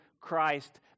Christ